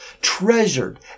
treasured